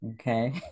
Okay